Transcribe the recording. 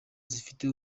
zifite